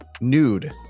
nude